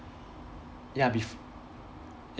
ya bef~